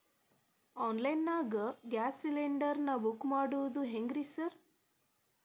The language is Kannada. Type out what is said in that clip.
ಆನ್ಲೈನ್ ನಾಗ ಗ್ಯಾಸ್ ಸಿಲಿಂಡರ್ ನಾ ಬುಕ್ ಮಾಡೋದ್ ಹೆಂಗ್ರಿ ಸಾರ್?